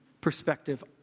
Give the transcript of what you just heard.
perspective